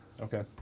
Okay